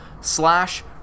slash